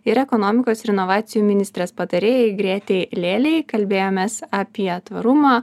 ir ekonomikos ir inovacijų ministrės patarėjai grėtei lėlei kalbėjomės apie tvarumą